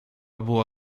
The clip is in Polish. było